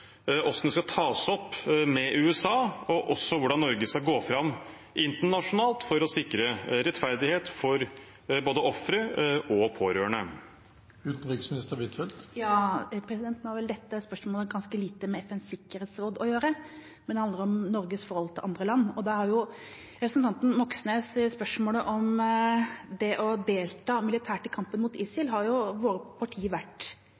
skal tas opp med USA, og også hvordan Norge skal gå fram internasjonalt for å sikre rettferdighet for både ofre og pårørende? Nå har vel dette spørsmålet ganske lite med FNs sikkerhetsråd å gjøre, men handler om Norges forhold til andre land. Til representanten Moxnes’ spørsmål om det å delta militært i kampen mot ISIL, har jo våre partier vært